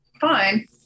Fine